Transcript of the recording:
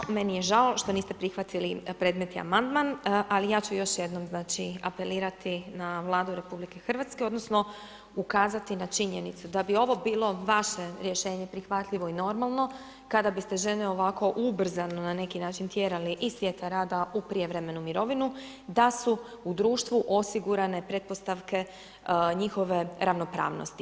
Točno, meni je žao što niste prihvatili predmetni amandman ali ja ću još jednom znači apelirati na Vladu RH odnosno ukazati na činjenicu da bi ovo bilo vaše rješenje prihvatljivo i normalno, kada biste žene ovako ubrzano na neki način tjerali iz svijeta rada u prijevremenu mirovinu da su u društvu osigurane pretpostavke njihove ravnopravnosti.